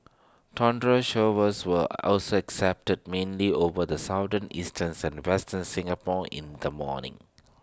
thundery showers were also excepted mainly over the southern eastern is and western Singapore in the morning